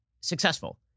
successful